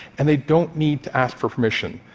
and they don't need to ask for permission.